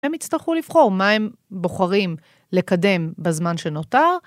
מרים אהובה שלי